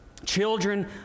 Children